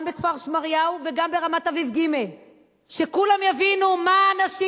גם בכפר-שמריהו וגם ברמת-אביב ג'; שכולם יבינו מה האנשים